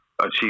achieve